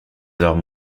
alors